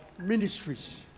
ministries